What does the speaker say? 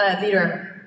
leader